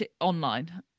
online